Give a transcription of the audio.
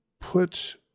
put